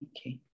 Okay